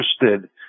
interested